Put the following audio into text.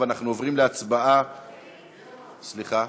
אנחנו עוברים להצבעה, סליחה,